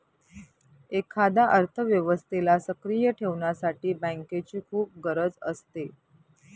एखाद्या अर्थव्यवस्थेला सक्रिय ठेवण्यासाठी बँकेची खूप गरज असते